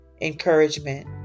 encouragement